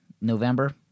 November